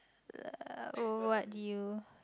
uh what did you